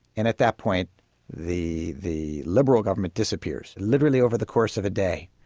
and at that point the the liberal government disappears, literally over the course of a day,